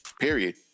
period